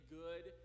good